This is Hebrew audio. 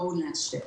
בואו נאשר.